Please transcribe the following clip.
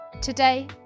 Today